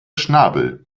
schnabel